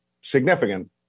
significant